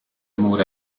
mura